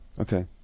Okay